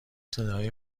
صدای